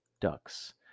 Ducks